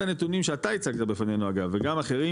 הנתונים שאתה הצגת בפנינו אגב וגם אחרים,